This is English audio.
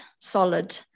solid